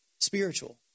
spiritual